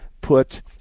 put